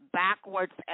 backwards